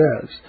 says